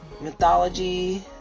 mythology